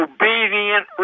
obedient